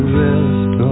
rest